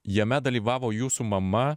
jame dalyvavo jūsų mama